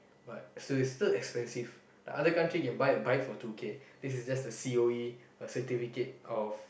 but still it's still expensive the other country can buy a bike for two K this is just the C_O_E a certificate of